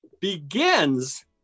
begins